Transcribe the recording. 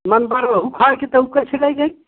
मन बा रोहु खाए क त उ कैसे लै लेई